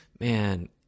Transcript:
Man